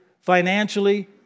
financially